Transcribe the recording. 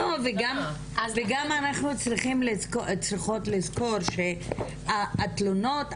וגם אנחנו צריכות לזכור שהתלונות,